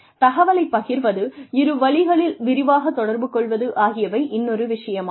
தகவலை பகிர்வது இரு வழிகளில் விரிவாகத் தொடர்பு கொள்வது ஆகியவை இன்னொரு விஷயமாகும்